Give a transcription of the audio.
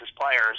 players